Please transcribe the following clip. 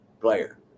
player